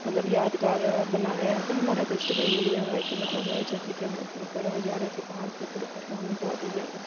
مطلب یادگار بنایا تو ہمارا تجربہ یہی رہا کہ مطلب جیسے کہ ہم اوپر اوپر جا رہے تھے پہاڑ کے اوپر اوپر تو ہمیں بہت ہی زیادہ